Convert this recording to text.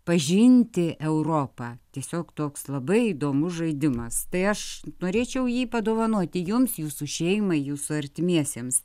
pažinti europą tiesiog toks labai įdomus žaidimas tai aš norėčiau jį padovanoti jums jūsų šeimai jūsų artimiesiems